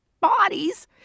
bodies